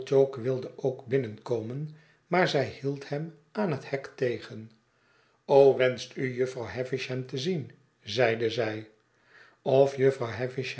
wilde ook binnenkomen maar zij hield hem aan het hek tegen wenscht u jufvrouw havisham tezien zeide zij of